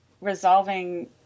resolving